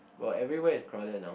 well everywhere is crowded now